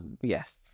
Yes